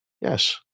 Yes